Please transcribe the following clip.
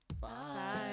Bye